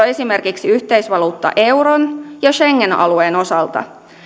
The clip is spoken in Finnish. esimerkiksi yhteisvaluutta euron ja schengen alueen osalta